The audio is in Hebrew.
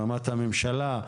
ברמת הממשלה.